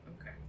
Okay